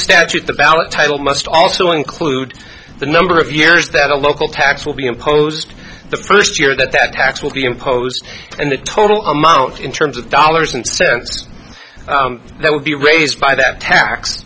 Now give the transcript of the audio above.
statute the ballot title must also include the number of years that a local tax will be imposed the first year that the tax will be imposed and the total amount in terms of dollars and cents that would be raised by the tax